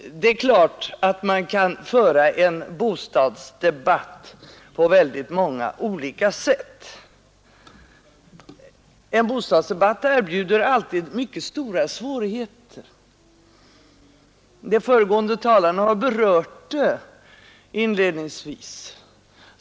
Man kan naturligtvis föra en bostadsdebatt på många olika sätt. En sådan debatt erbjuder alltid mycket stora svårigheter. De föregående talarna har inledningsvis berört dem.